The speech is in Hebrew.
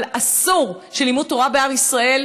אבל אסור שלימוד תורה בעם ישראל